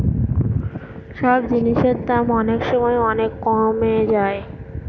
সব জিনিসের দাম অনেক সময় অনেক কমে যায়